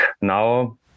now